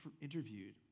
interviewed